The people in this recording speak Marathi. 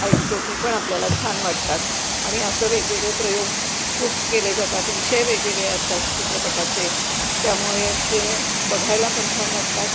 ऐकतो ती पण आपल्याला छान वाटतात आणि असं वेगवेगळे प्रयोग खूप केले जातात विषय वेगवेगळे असतात चित्रपटाचे त्यामुळे ते बघायला पण छान वाटतात